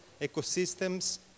ecosystems